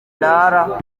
ndara